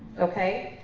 okay?